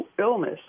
illness